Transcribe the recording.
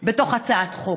בתוך הצעת חוק.